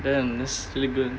damn this really good